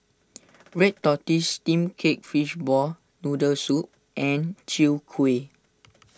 Red Tortoise Steamed Cake Fishball Noodle Soup and Chwee Kueh